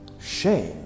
shame